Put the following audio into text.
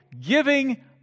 giving